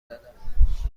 دادم